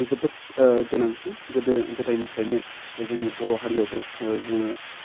जोबोद ओह गोनांथि गोदो गोदायनिफ्रायनो जोंनि बर' हारियावबो ओह जोङो